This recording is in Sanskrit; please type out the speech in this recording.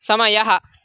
समयः